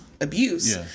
abuse